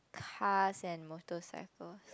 cars and motorcycles